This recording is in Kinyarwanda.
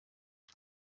iki